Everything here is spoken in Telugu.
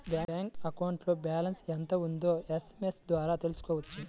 బ్యాంక్ అకౌంట్లో బ్యాలెన్స్ ఎంత ఉందో ఎస్ఎంఎస్ ద్వారా తెలుసుకోవచ్చు